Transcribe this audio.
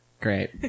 Great